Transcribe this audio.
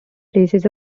places